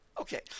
Okay